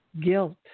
guilt